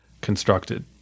constructed